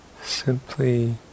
simply